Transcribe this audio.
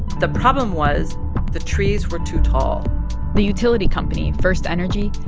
the problem was the trees were too tall the utility company, first energy,